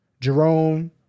Jerome